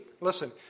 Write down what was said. Listen